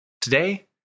Today